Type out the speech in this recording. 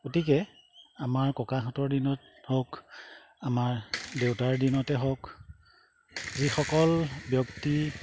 গতিকে আমাৰ ককাহঁতৰ দিনত হওক আমাৰ দেউতাৰ দিনতে হওক যিসকল ব্যক্তি